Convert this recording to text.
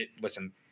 listen